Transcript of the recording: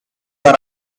are